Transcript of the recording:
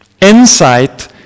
insight